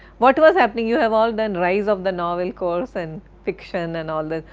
what was happening? you have all done rise of the novel course and fiction and all that,